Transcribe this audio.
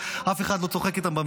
אף אחד לא מעביר איתם דילים בוועדות,